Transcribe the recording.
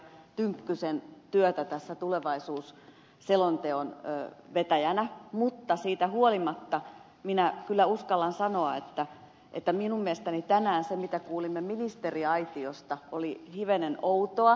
tynkkysen työtä tulevaisuusselonteon vetäjänä mutta siitä huolimatta minä kyllä uskallan sanoa että minun mielestäni tänään se mitä kuulimme ministeriaitiosta oli hivenen outoa